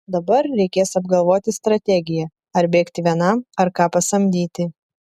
dabar reikės apgalvoti strategiją ar bėgti vienam ar ką pasamdyti